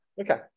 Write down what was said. Okay